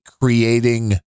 creating